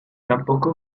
tampoco